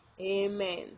Amen